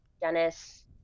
Dennis